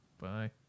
Bye